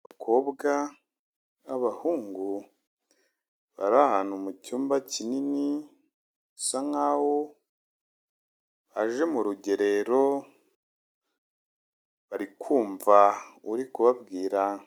Abakobwa, abahungu, bari ahantu mu cyumba kinini, bisa nkaho baje mu rugerero, bari kumva uri kubabwira.